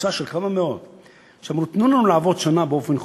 קבוצה של כמה מאות שאמרו: תנו לנו לעבוד שנה באופן חוקי,